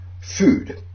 Food